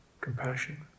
compassion